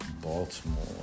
Baltimore